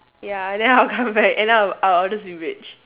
ya and then I'll come back and I'll I'll just be rich